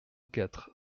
quatre